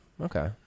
Okay